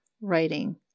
writing